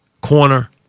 corner